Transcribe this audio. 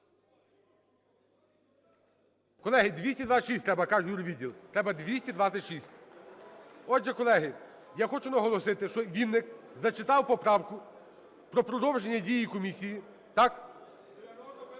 Колеги, 226 треба, каже юрвідділ, треба 226. Отже, колеги, я хочу наголосити, що Вінник зачитав поправку про продовження дії комісії, так?